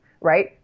right